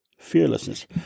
Fearlessness